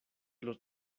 los